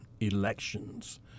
elections